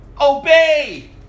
Obey